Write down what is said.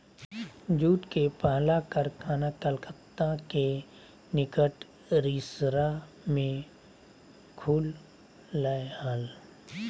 jute के पहला कारखाना कलकत्ता के निकट रिसरा में खुल लय हल